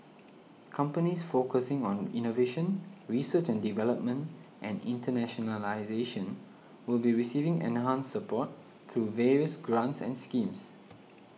companies focusing on innovation research and development and internationalisation will be receiving enhanced support through various grants and schemes